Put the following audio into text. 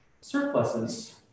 surpluses